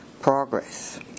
progress